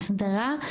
ההסדרה,